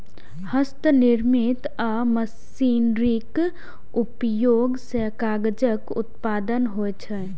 हस्तनिर्मित आ मशीनरीक उपयोग सं कागजक उत्पादन होइ छै